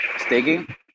staking